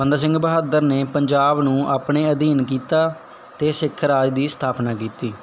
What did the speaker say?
ਬੰਦਾ ਸਿੰਘ ਬਹਾਦਰ ਨੇ ਪੰਜਾਬ ਨੂੰ ਆਪਣੇ ਅਧੀਨ ਕੀਤਾ ਅਤੇ ਸਿੱਖ ਰਾਜ ਦੀ ਸਥਾਪਨਾ ਕੀਤੀ